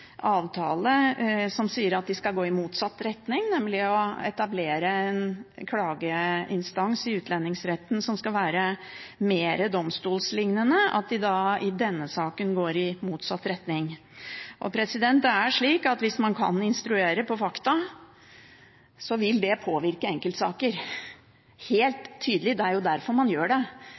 avtale som sier at de skal gå i motsatt retning, nemlig å etablere en klageinstans i utlendingsretten som skal være mer domstollignende, i denne saken går i motsatt retning. Hvis man kan instruere når det gjelder fakta, vil det påvirke enkeltsaker helt tydelig. Det er jo derfor man gjør det.